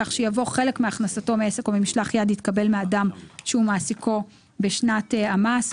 כך שיבוא "חלק מעסק או ממשלח יד" יתקבל מאדם שהוא מעסיקו בשנת המס.